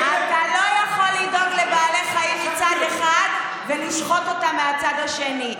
אתה לא יכול לדאוג לבעלי חיים מצד אחד ולשחוט אותם מצד שני.